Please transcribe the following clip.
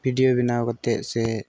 video ᱵᱮᱱᱟᱣ ᱠᱟᱛᱮ ᱥᱮ